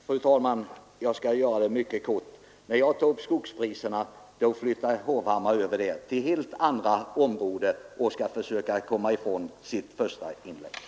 Fru talman! Jag skall vara mycket kort. När jag tar upp frågan om skogspriserna, flyttar herr Hovham mar över den till helt andra områden för att försöka komma ifrån sitt första inlägg.